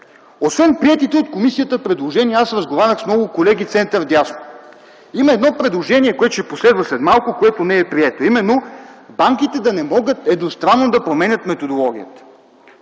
Освен приетите от комисията предложения, аз разговарях с много колеги от центъра и вдясно. Има едно неприето предложение, което ще последва след малко, а именно банките да не могат едностранно да променят методологията.